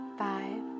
five